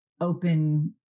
open